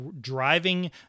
driving